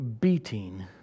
beating